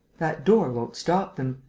that door won't stop them.